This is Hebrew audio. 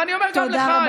ואני אומר גם לכם,